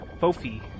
Fofi